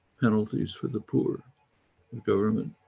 penalties for the poor and government.